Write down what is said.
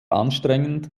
anstrengend